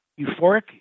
euphoric